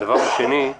הנקודה השנייה